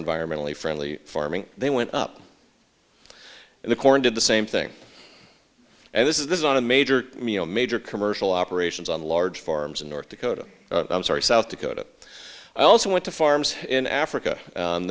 environmentally friendly farming they went up and the corn did the same thing and this is on a major major commercial operations on large farms in north dakota south dakota i also went to farms in africa and